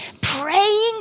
praying